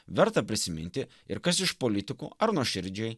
verta prisiminti ir kas iš politikų ar nuoširdžiai